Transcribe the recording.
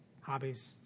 hobbies